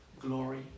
glory